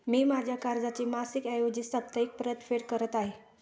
मी माझ्या कर्जाची मासिक ऐवजी साप्ताहिक परतफेड करत आहे